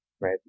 right